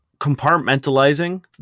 compartmentalizing